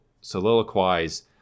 soliloquize